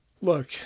Look